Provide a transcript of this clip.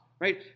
Right